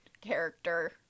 character